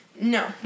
No